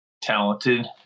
talented